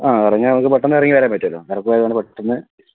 ഇറങ്ങിയാൽ നമുക്ക് പെട്ടെന്ന് ഇറങ്ങിവരാൻ പറ്റുമല്ലോ ഇറക്കവും ആയതുകൊണ്ട് പെട്ടെന്ന്